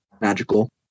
magical